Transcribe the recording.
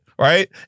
Right